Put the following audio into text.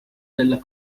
della